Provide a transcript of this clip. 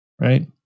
Right